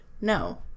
no